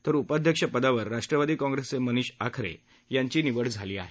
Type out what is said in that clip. तर उपाध्यक्षपदी राष्ट्रवादी कॉंप्रेसचे मनिष आखरे यांची निवड झाली आहे